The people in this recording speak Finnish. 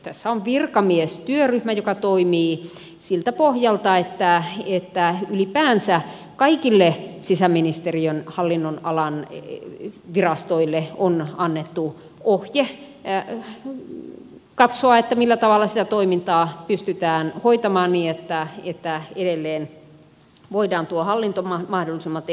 tässähän on virkamiestyöryhmä joka toimii siltä pohjalta että ylipäänsä kaikille sisäministeriön hallinnonalan virastoille on annettu ohje katsoa millä tavalla sitä toimintaa pystytään hoitamaan niin että edelleen voidaan tuo hallinto mahdollisimman tehokkaasti hoitaa